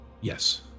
Yes